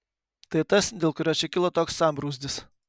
tai tas dėl kurio čia kilo toks sambrūzdis